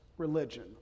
religion